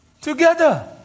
together